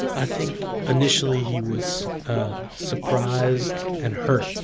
i think initially he was surprised and hurt,